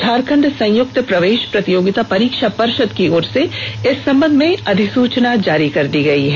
झारखंड संयुक्त प्रवेष प्रतियोगिता परीक्षा पर्षद की ओर से इस संबंध में अधिसूचना जारी कर दी गई है